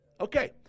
Okay